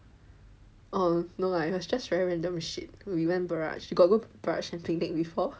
oh no lah it was just very random shit we went Barrage you got go Barrage and picnic before